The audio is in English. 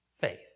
faith